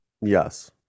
Yes